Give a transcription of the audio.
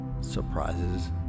surprises